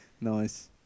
Nice